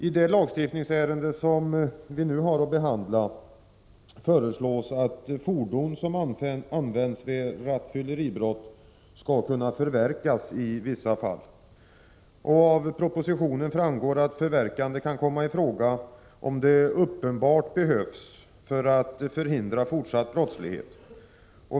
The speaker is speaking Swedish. I det lagstiftningsärende som vi nu behandlar föreslås att fordon som använts vid rattfylleribrott skall kunna förverkas i vissa fall. Av propositionen framgår att förverkande kan komma i fråga om det uppenbart behövs för att förhindra fortsatt brottslighet.